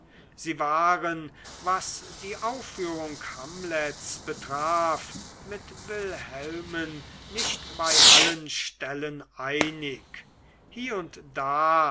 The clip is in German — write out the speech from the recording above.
sie waren was die aufführung hamlets betraf mit wilhelmen nicht bei allen stellen einig hie und da